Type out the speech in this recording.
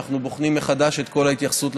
אנחנו בוחנים מחדש את כל ההתייחסות לשב"חים,